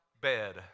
bed